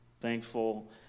Thankful